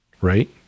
right